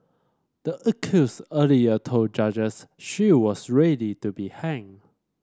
the accused earlier told judges she was ready to be hanged